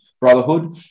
brotherhood